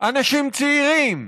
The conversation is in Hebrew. אנשים צעירים,